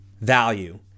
Value